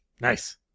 Nice